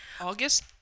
August